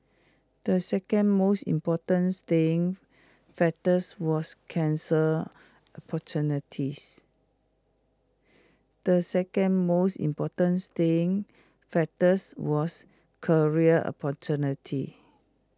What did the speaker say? the second most important staying factors was cancer opportunities the second most important staying factors was career opportunity